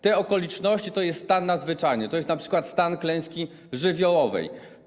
Te okoliczności to jest stan nadzwyczajny, to jest np. stan klęski żywiołowej.